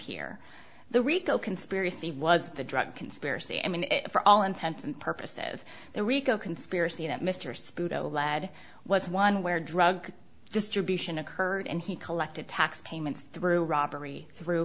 here the rico conspiracy was the drug conspiracy i mean for all intents and purposes the rico conspiracy that mr speedo led was one where drug distribution occurred and he collected tax payments through robbery through